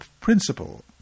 principle